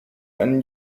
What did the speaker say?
einen